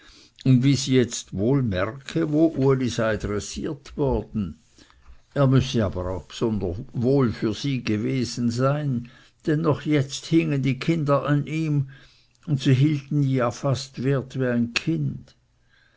und wie sie jetzt wohl merke wo uli sei drässiert worden er müßte aber auch bsunderbar wohl für sie gewesen sein denn noch jetzt hingen die kinder an ihm und sie hielten ihn ja wert fast wie ein kind